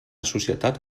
societat